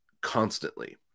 constantly